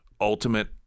ultimate